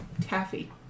Taffy